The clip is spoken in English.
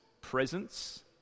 presence